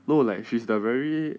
no like she's the very